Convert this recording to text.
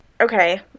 Okay